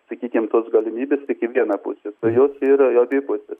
sakykim tos galimybės tik į vieną pusė jos yra abipusės